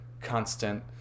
constant